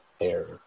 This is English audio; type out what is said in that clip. air